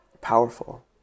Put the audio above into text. powerful